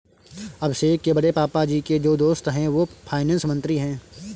अभिषेक के बड़े पापा जी के जो दोस्त है वो फाइनेंस मंत्री है